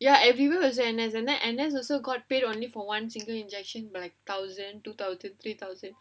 ya everyone was anaes anaes and then also got paid only for one single injection like thousand two thousand three thousand